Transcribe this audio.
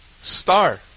Star